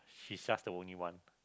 she's just the only one